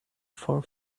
far